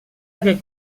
aquest